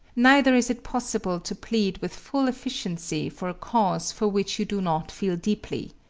neither is it possible to plead with full efficiency for a cause for which you do not feel deeply.